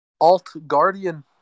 Alt-Guardian